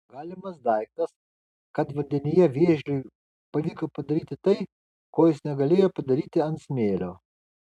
galimas daiktas kad vandenyje vėžliui pavyko padaryti tai ko jis negalėjo padaryti ant smėlio